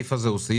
שהסעיף הזה מאוזן